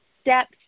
Steps